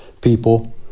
people